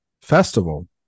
festival